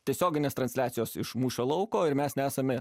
tiesioginės transliacijos iš mūšio lauko ir mes nesame